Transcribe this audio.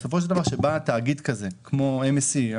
בסופו של דבר כשבא תאגיד כזה כמו MSC,